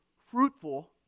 fruitful